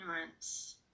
ignorance